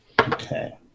Okay